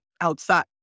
outside